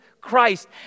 Christ